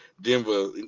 Denver